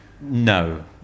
No